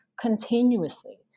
continuously